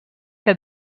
que